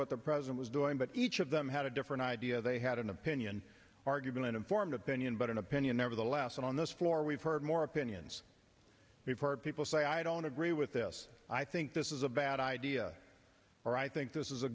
what the president was doing but each of them had a different idea they had an opinion argument an informed opinion but an opinion nevertheless and on this floor we've heard more opinions we've heard people say i don't agree with this i think this is a vat idea or i think this is a